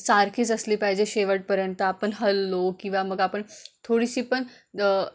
सारखीच असली पाहिजे शेवटपर्यंत आपन हललो किंवा मग आपण थोडीशी पण